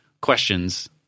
questions